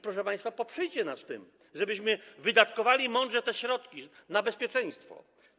Proszę państwa, poprzyjcie nas, żebyśmy wydatkowali mądrze te środki na bezpieczeństwo.